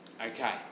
Okay